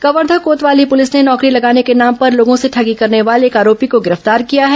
कवर्धा कोतवाली पुलिस ने नौकरी लगाने के नाम पर लोगों से ठगी करने वाले एक आरोपी को गिरफ्तार किया है